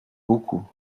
beaucoup